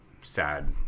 sad